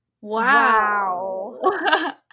Wow